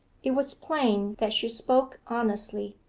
it was plain that she spoke honestly.